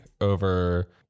over